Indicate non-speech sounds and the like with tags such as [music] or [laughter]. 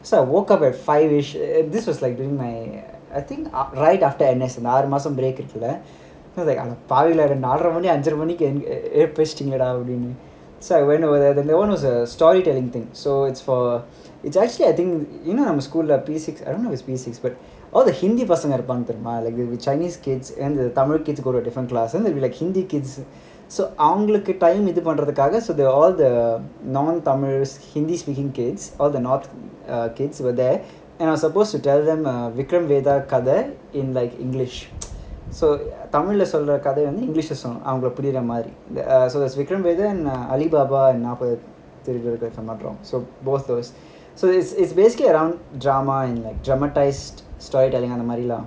so I woke up at five-ish this was like during my uh I think out~ right after N_S ஆறு மாசம்:aaru maasam break எடுத்ததுருவேன் அடப்பாவிங்களா நாலரை மணி அஞ்சரை மணிக்கு எழுப்ப வச்சிட்டீங்களேடா அப்டினு:eduthuruven adapaavingala nalarai mani anjarai maniku ezhupa vachitengale apdinu so I went over there and that one was a storytelling thing so it's for it's actually I think you know [laughs] like P_six I don't know if it's P_six but all the hindi பசங்க இருப்பாங்க தெரியுமா:pasanga irupaanga theriuma chinese kids and the tamil kids go to different classes and it'll be like hindi kids அவங்களுக்கு:avangaluku time இது பண்றதுக்காக:idhu panrathukaga so then all the non tamil hindi speaking kids all the not uh kids were there and I was supposed to tell them Vikram Vedha கதை:vikram vedha kathai in like english so uh Tamil ல சொல்ற கதை வந்து English ல சொல்லணும் அவங்களுக்கு புரியற மாதிரி விக்ரம் வேதா கதை அலிபாபா நாற்பது திருடர்களும்:tamil laey solra kathai vanthu englishe laey sollanum avangaluku puriuramathiri vikram vedha kathai alibaba naarpathu thirudarkalum so both those so it's it's basically around drama and like dramatized storytelling அந்த மாதிரிலாம்:antha maathirilam